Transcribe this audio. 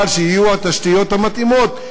אבל שיהיו התשתיות המתאימות,